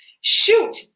Shoot